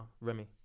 Remy